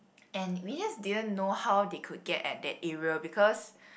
and we just didn't know how they could get at that area because